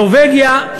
נורבגיה,